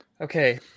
Okay